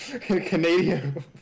Canadian